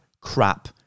crap